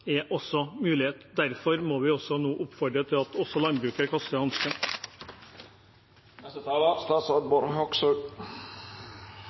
er en mulighet. Derfor må vi nå oppfordre til at også landbruket kaster